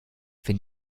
wenn